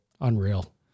Unreal